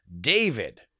David